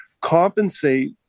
compensate